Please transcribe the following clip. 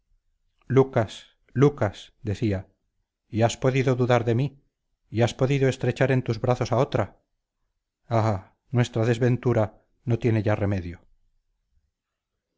lucas lucas decía y has podido dudar de mí y has podido estrechar en tus brazos a otra ah nuestra desventura no tiene ya remedio